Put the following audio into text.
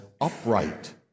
upright